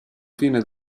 fine